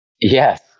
Yes